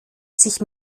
sich